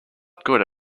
good